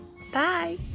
bye